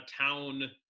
town